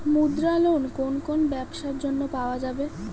মুদ্রা লোন কোন কোন ব্যবসার জন্য পাওয়া যাবে?